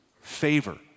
favor